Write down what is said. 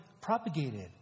propagated